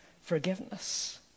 forgiveness